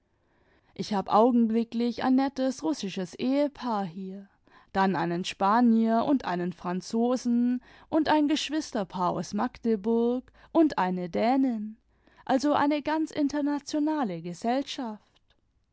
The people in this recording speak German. ich hab augenblicklich ein nettes russisches ehepaar hier dann einen spanier und einen franzosen und ein geschwisterpaar aus magdeburg und eine vermutlichmitglieder eines zuhälterklubs dänin also eine ganz internationale gesellschaft